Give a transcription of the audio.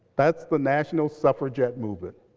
that's the national suffragette movement,